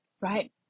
right